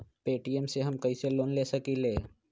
Paytm से हम कईसे लोन ले सकीले?